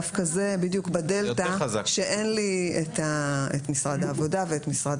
דווקא זה בדיוק בדלתא שאין לי את משרד העבודה ואת משרד